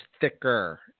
thicker